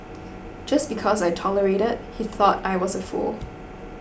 just because I tolerated he thought I was a fool